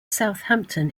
southampton